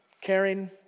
Caring